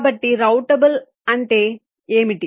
కాబట్టి రూటబుల్ అంటే ఏమిటి